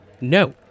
No